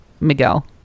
Miguel